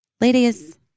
ladies